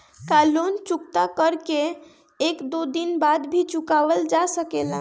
का लोन चुकता कर के एक दो दिन बाद भी चुकावल जा सकेला?